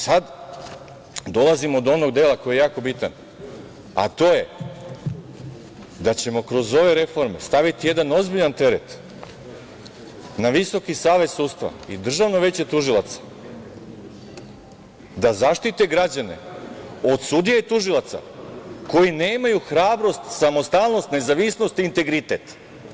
Sad dolazimo do onog dela koji je jako bitan, a to je da ćemo kroz ove reforme staviti jedan ozbiljan teret na Visoki savet sudstva i Državno veće tužilaca da zaštite građane od sudija i tužilaca koji nemaju hrabrost, samostalnost, nezavisnost i integritet.